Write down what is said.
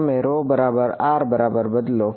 તેથી તમે બરાબર R બરાબર બદલો